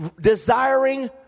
desiring